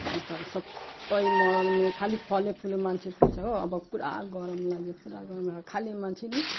अन्त सबै खालि फलै फुलै मान्छे खोज्छ हो पुरा गरम लाग्यो पुरा गरम लाग्यो खालि मान्छे नि